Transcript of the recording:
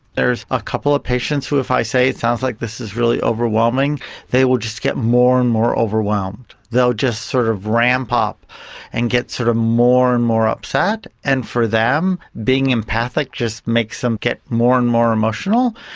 there's a couple of patients who if i say, it sounds like this is really overwhelming they will just get more and more overwhelmed. they'll just sort of ramp up and get sort of more and more upset, and for them being empathic just makes them get more and more emotional.